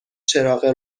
چراغ